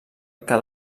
que